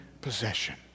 possession